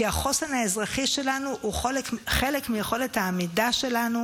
כי החוסן האזרחי שלנו הוא חלק מיכולת העמידה שלנו